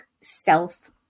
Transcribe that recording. self